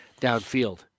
downfield